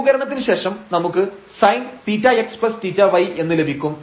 ലഘൂകരണത്തിനു ശേഷം നമുക്ക് sinθx θy എന്ന് ലഭിക്കും